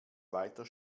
weiter